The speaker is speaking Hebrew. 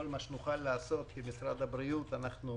כל מה שנוכל לעשות במשרד הבריאות אנחנו נעשה.